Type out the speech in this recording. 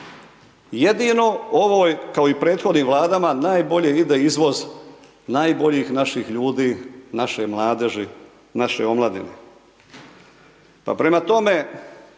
jedino ovoj, kao i prethodnim Vladama, najbolje ide izvoz najboljih naših ljudi, naše mladeži, naše omladine, pa prema tome